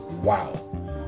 wow